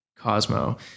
Cosmo